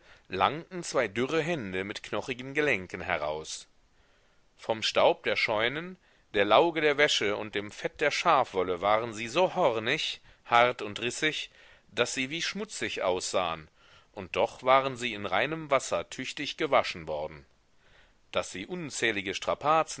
langten zwei dürre hände mit knochigen gelenken heraus vom staub der scheunen der lauge der wäsche und dem fett der schafwolle waren sie so hornig hart und rissig daß sie wie schmutzig aussahen und doch waren sie in reinem wasser tüchtig gewaschen worden daß sie unzählige strapazen